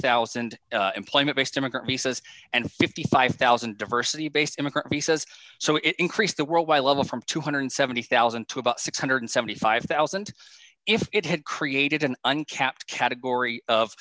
thousand employment based immigrant he says and fifty five thousand diversity based immigrants he says so it increased the world by level from two hundred and seventy thousand and two about six hundred and seventy five thousand if it had created an uncapped category of